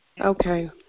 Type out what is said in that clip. Okay